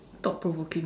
thought provoking ah